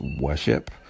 worship